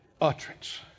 utterance